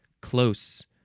close